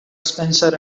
spencer